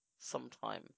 sometime